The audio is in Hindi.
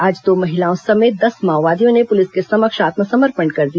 आज दो महिलाओं समेत दस माओवादियों ने पुलिस के समक्ष आत्मसमर्पण कर दिया